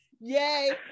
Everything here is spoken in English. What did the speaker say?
Yay